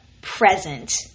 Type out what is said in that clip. present